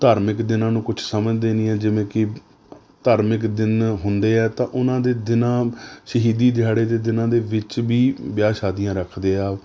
ਧਾਰਮਿਕ ਦਿਨਾਂ ਨੂੰ ਕੁਛ ਸਮਝਦੇ ਨਹੀਂ ਹੈ ਜਿਵੇਂ ਕਿ ਧਾਰਮਿਕ ਦਿਨ ਹੁੰਦੇ ਹੈ ਤਾਂ ਉਹਨਾਂ ਦੇ ਦਿਨਾਂ ਸ਼ਹੀਦੀ ਦਿਹਾੜੇ ਦੇ ਦਿਨਾਂ ਦੇ ਵਿੱਚ ਵੀ ਵਿਆਹ ਸ਼ਾਦੀਆਂ ਰੱਖਦੇ ਆ